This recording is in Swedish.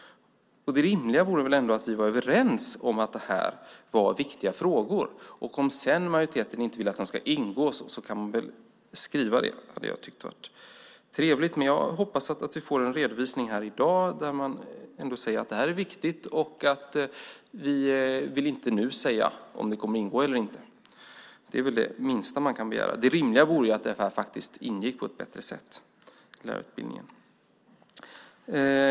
Det rimliga vore väl ändå att vi är överens om att det är viktiga frågor! Om sedan majoriteten inte vill att de ska ingå kan man väl skriva det. Det hade jag tyckt varit trevligt. Jag hoppas att vi får en redovisning här i dag där man säger att det här är viktigt och att man inte redan nu vill säga om det kommer att ingå eller inte. Det är väl det minsta man kan begära. Det rimliga vore att det här faktiskt på ett bättre sätt ingick i lärarutbildningen.